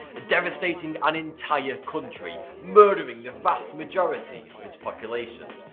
devastating an entire country, murdering the vast majority of its population.